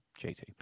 JT